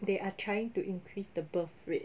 they are trying to increase the birth rate